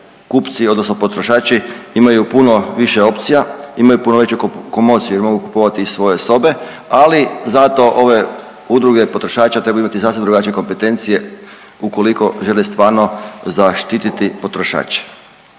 kupci odnosno potrošači imaju puno više opcija, imaju puno veću komociju i mogu kupovati iz svoje sobe, ali zato ove udruge potrošača trebaju imati sasvim drugačije kompetencije ukoliko žele stvarno zaštititi potrošače.